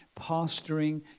pastoring